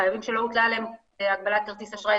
חייבים שלא הוטלה עליהם הגבלת כרטיס אשראי,